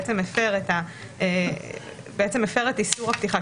מפר את איסור הפתיחה,